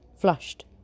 flushed